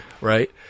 Right